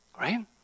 Right